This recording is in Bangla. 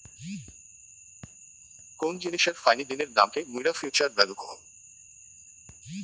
কোন জিনিসের ফাইনি দিনের দামকে মুইরা ফিউচার ভ্যালু কহু